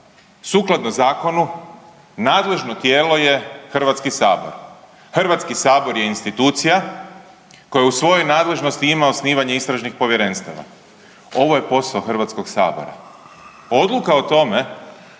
sukladno Zakonu nadležno tijelo je Hrvatski sabor. Hrvatski sabor je institucija koja u svojoj nadležnosti ima osnivanje istražnih povjerenstava. Ovo je posao Hrvatskoga sabora. Odluka o tome